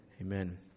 Amen